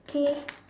okay